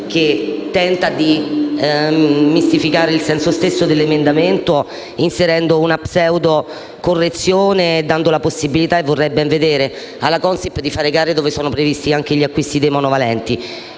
che tenta di mistificare il senso stesso dell'emendamento inserendo una pseudocorrezione e dando la possibilità - e vorrei ben vedere - alla Consip di fare gare per l'acquisto dei vaccini monovalenti.